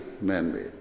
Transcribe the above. man-made